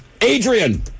Adrian